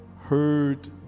heard